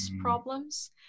problems